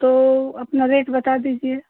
तो अपना रेट बता दीजिए